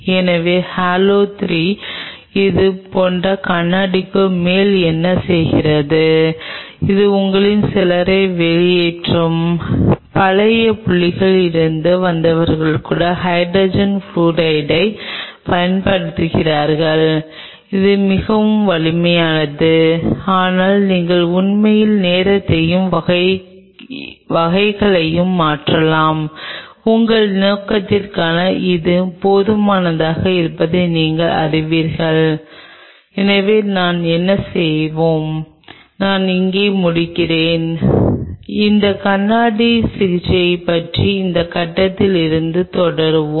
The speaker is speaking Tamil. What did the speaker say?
வேறு வார்த்தைகளில் கூறுவதானால் நீங்கள் ஒரு 3 டைமென்ஷனல் கல்ச்சர் உருவாக்க விரும்பினீர்கள் மேலும் 3 டைமென்ஷனல் கல்ச்சர் உருவாக்க விரும்பினால் வேறு சில அளவுருக்கள் கருத்தில் கொள்ளப்பட வேண்டும் மேலும் சில சிறிய மாற்றங்களுடன் இன்னொரு இடத்தில் தொடருவோம் நாங்கள் இங்கிருந்து தொடருவோம்